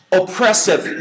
oppressive